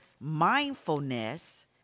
mindfulness